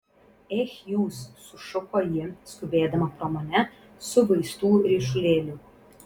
ech jūs sušuko ji skubėdama pro mane su vaistų ryšulėliu